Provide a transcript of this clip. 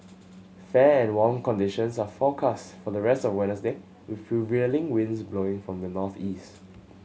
fair and warm conditions are forecast for the rest of Wednesday with prevailing winds blowing from the northeast